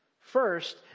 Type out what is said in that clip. first